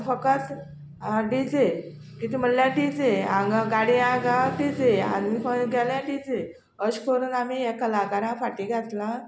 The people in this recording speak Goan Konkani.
आतां फकत डि जे कितें म्हणल्यार डि जे हांगा गाडया डि जे आनी खंय गेले डि जे अशे करून आमी हे कलाकारां फाटी घातला